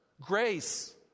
Grace